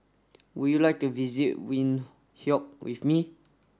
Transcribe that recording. would you like to visit Windhoek with me